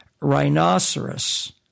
Rhinoceros